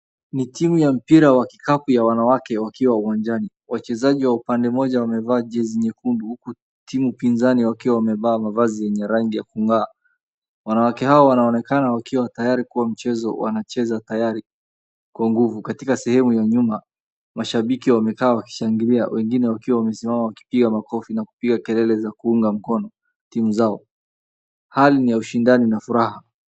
Ni timu ya mpira wa kikapu ya wanawake wakiwa uwanjani. Wachezaji wa upande moja wamevaa jezi nyekundu huku timu pinzani wakiwa wamevaa mavazi yenye rangi ya kung'aa. Wanawake hawa wanaonekana wakiwa tayari kwa mchezo, wanacheza tayari kwa nguvu. Katika sehemu ya nyuma, mashabiki wamekaa wakishangilia , wengine wakiwa wamesimama wakipiga makofi na kupiga kelele za kuunga mkono timu zao, hali ni ya ushindani na furaha.